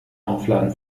aufladen